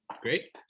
Great